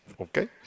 Okay